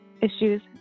issues